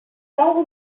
don’t